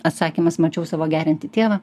atsakymas mačiau savo geriantį tėvą